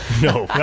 no. no.